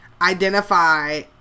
identify